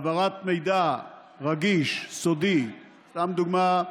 העברת מידע רגיש, סודי, סתם דוגמה,